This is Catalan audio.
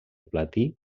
platí